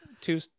two